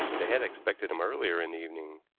they had expected him earlier in the evening.